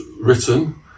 written